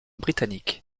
britanniques